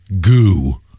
goo